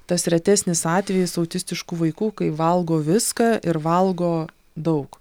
tas retesnis atvejis autistiškų vaikų kai valgo viską ir valgo daug